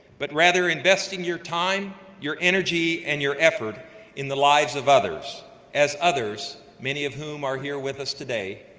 but rather investing your time, your energy, and your effort in the lives of others as others, many of whom are here with us today,